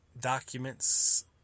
documents